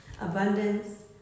abundance